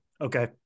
okay